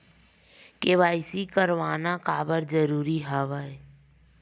KYC करवाना काबर जरूरी हवय?